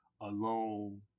alone